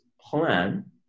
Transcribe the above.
plan